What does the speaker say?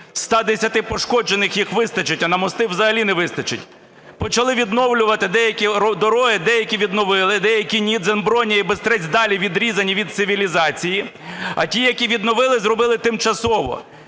110 пошкоджених їх вистачить, а на мости взагалі не вистачить. Почали відновлювати деякі дороги. Деякі відновили, деякі ні. Дземброня і Бистрець далі відрізані від цивілізації, а ті, які відновили, зробили тимчасово.